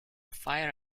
fire